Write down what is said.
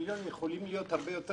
לא היה מצב